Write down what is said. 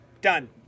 done